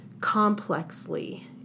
complexly